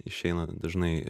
išeina dažnai